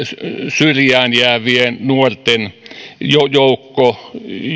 syrjään jäävien nuorten joukko